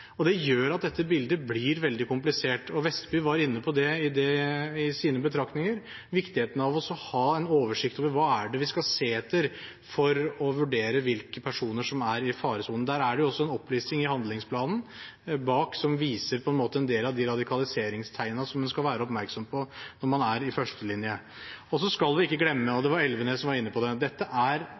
kriminalitet. Det gjør at dette bildet blir veldig komplisert. Representanten Vestby var i sine betraktninger inne på viktigheten av å ha en oversikt over hva vi skal se etter for å vurdere hvilke personer som er i faresonen. Det er en opplisting bak i handlingsplanen som viser en del av de radikaliseringstegnene man skal være oppmerksom på når man er i førstelinjen. Så skal vi ikke glemme – det var Elvenes som var inne på det – at dette handler om to ting. Det handler om forebygging, men det handler også om straffesporet. Det er